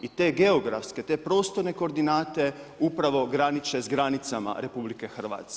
I te geografske, te prostorne koordinate upravo graniče s granicama RH.